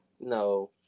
No